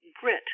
grit